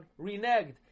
reneged